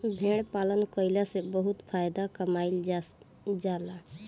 भेड़ पालन कईला से बहुत फायदा कमाईल जा जाला